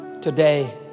today